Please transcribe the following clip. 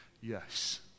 Yes